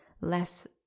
less